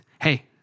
hey